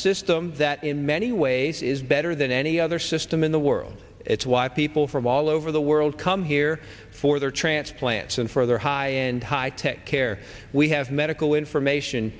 system that in many ways is better than any other system in the world it's why people from all over the world come here for their transplants and for high end high tech care we have medical information